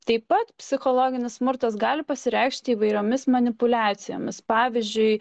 taip pat psichologinis smurtas gali pasireikšti įvairiomis manipuliacijomis pavyzdžiui